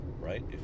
Right